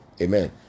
Amen